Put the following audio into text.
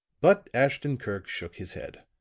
but ashton-kirk shook his head.